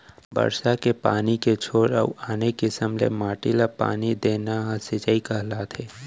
बरसा के पानी के छोर अउ आने किसम ले माटी ल पानी देना ह सिंचई कहलाथे